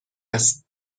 است